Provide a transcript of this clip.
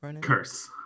Curse